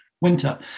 winter